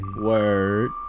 Word